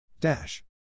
Dash